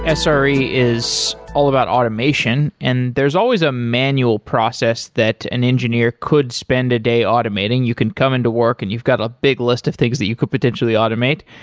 ah is all about automation and there's always a manual process that an engineer could spend a day automating. you can come into work and you've got a big list of things that you could potentially automate.